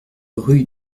rue